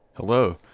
Hello